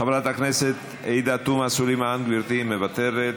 חברת הכנסת עאידה תומא סלימאן, גברתי, מוותרת,